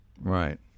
Right